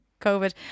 COVID